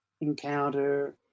encounter